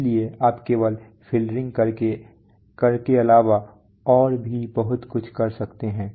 इसलिए आप केवल फ़िल्टरिंग करने के अलावा और भी बहुत कुछ कर सकते हैं